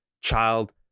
child